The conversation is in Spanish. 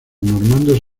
normandos